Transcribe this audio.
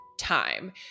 time